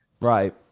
Right